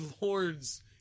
Lords